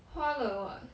花了 [what]